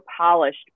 polished